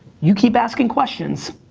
you keep asking questions,